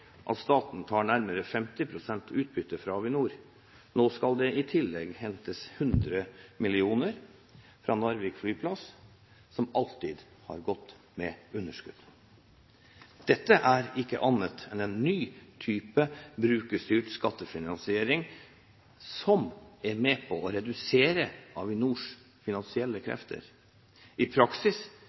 at staten tar nærmere 50 pst. utbytte fra Avinor – nå skal det i tillegg hentes 100 mill. kr fra Narvik flyplass, som alltid har gått med underskudd. Dette er ikke annet enn en ny type brukerstyrt skattefinansiering som er med på å redusere Avinors finansielle krefter. I praksis